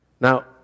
Now